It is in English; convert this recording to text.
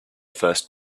first